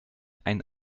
ein